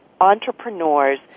entrepreneurs